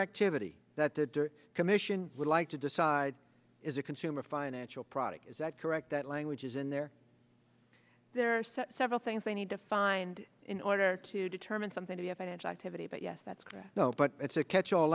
activity that the commission would like to decide is a consumer financial product is that correct that language is in there there are several things they need to find in order to determine something to be a financial activity but yes that's correct but it's a catch all